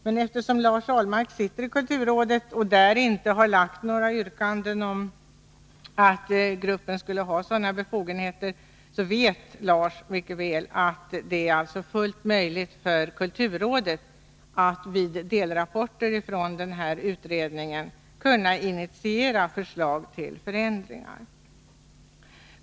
Men eftersom Lars Ahlmark sitter i kulturrådet och där inte har framställt några yrkanden om att gruppen skulle ha sådana befogenheter, vet han mycket väl att det är fullt möjligt för kulturrådet att vid delrapporter från den här utredningen initiera förslag till förändringar.